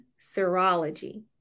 serology